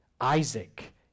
Isaac